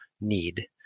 need